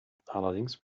allerdings